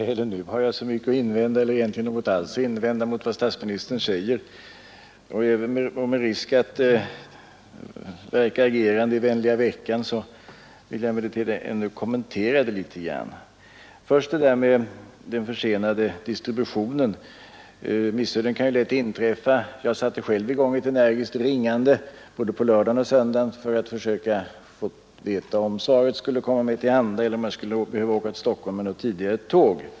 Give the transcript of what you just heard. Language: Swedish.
Herr talman! Inte heller denna gång har jag egentligen någonting att invända mot vad statsministern säger, men även med risk att verka agerande i vänliga veckan vill jag kommentera det sagda litet. Vad den försenade distributionen angår kan ju missöden inträffa. Jag satte själv i gång ett energiskt ringande både på lördag och på söndag för att söka få besked om huruvida svaret skulle komma mig till handa, eller om jag skulle behöva resa till Stockholm med ett tidigare tåg.